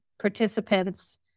participants